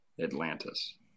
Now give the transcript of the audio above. Atlantis